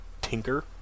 tinker